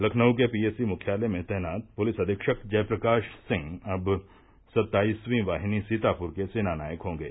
लखनऊ के पीएसी मुख्यालय में तैनात पुलिस अधीक्षक जय प्रकाश सिंह अब सत्ताईसवीं वाहिनी सीतापुर के सेनानायक होंगे